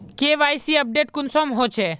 KYC update कुंसम होचे?